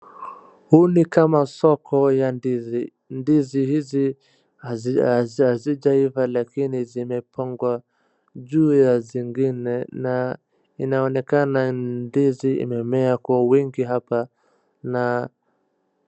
Huu ni kama soko ya ndizi .Ndizi hizi nikama hazijaiva lakini zimepangwa juu ya zingine na inaonekna ndizi zimemea kwa kwingi hapa na.